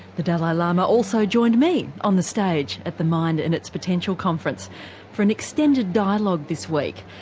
the dalai lama also joined me on the stage at the mind and its potential conference for an extended dialogue this week.